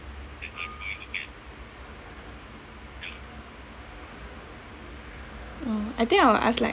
mm I think I will ask like